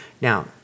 Now